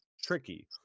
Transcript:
tricky